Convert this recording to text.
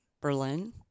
Berlin